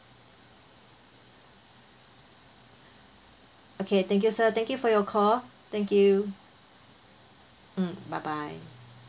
okay thank you sir thank you for your call thank you um bye bye